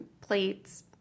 plates